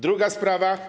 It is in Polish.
Druga sprawa.